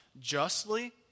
justly